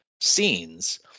scenes